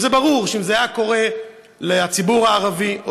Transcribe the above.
ברור שאם זה היה קורה לציבור הערבי,